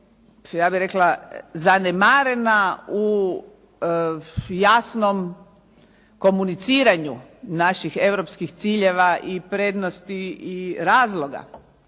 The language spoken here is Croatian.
ja bih rekla zanemarena u jasnom komuniciranju naših europskih ciljeva i prednosti i razloga